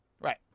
Right